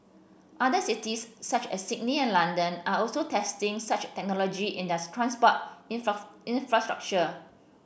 other cities such as Sydney and London are also testing such technology in their transport infrastructure